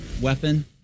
weapon